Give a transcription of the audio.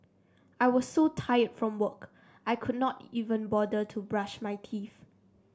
I was so tired from work I could not even bother to brush my teeth